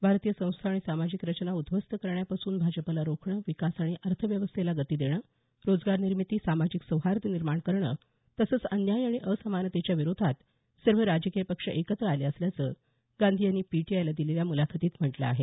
भारतीय संस्था आणि सामाजिक रचना उद्ध्वस्त करण्यापासून भाजपला रोखणं विकास आणि अर्थव्यवस्थेला गती देणं रोजगार निर्मिती सामाजिक सौहार्द निर्माण करणं तसंच अन्याय आणि असमानतेच्या विरोधात सर्व राजकीय पक्ष एकत्र आले असल्याचं गांधी यांनी पीटीआयला दिलेल्या मुलाखतीत म्हटलं आहे